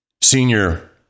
Senior